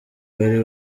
bari